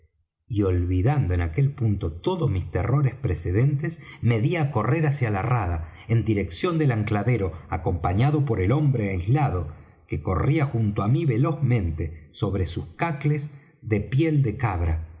y olvidando en aquel punto todos mis terrores precedentes me dí á correr hacia la rada en dirección del ancladero acompañado por el hombre aislado que corría junto á mí velozmente sobre sus cacles de piel de cabra